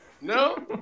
No